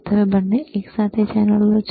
અને આ બંને એકસાથે ચેનલો છે